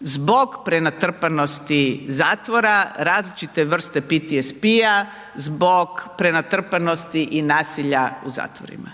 zbog prenatrpanosti zatvora, različite vrste PTSP-a zbog prenatrpanosti i nasilja u zatvorima.